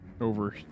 over